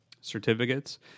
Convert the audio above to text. certificates